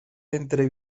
entre